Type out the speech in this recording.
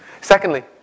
Secondly